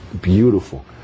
beautiful